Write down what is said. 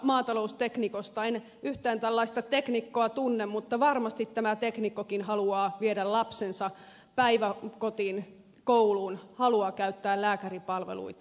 en yhtään tällaista teknikkoa tunne mutta varmasti tämä teknikkokin haluaa viedä lapsensa päiväkotiin kouluun haluaa käyttää lääkäripalveluita